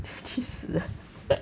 去死 lah